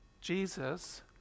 jesus